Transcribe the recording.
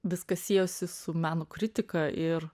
viskas siejosi su meno kritika ir